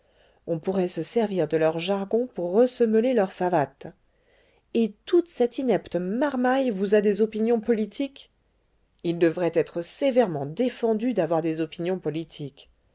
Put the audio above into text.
on pourrait se servir de leur jargon pour ressemeler leurs savates et toute cette inepte marmaille vous a des opinions politiques il devrait être sévèrement défendu d'avoir des opinions politiques